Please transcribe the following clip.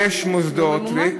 יש מוסדות.